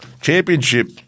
Championship